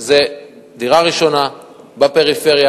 זו דירה ראשונה בפריפריה.